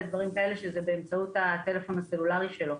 שזה באמצעות הטלפון הסלולרי שלו.